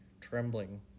trembling